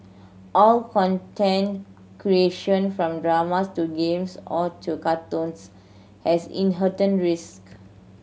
all content creation from dramas to games or to cartoons has inherent risk